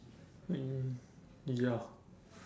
I think ya